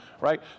Right